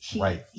Right